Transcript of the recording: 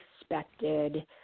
expected